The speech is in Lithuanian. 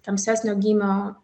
tamsesnio gymio